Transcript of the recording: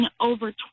over